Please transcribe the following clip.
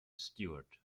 stewart